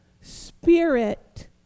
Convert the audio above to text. spirit